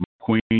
Queen